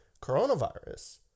coronavirus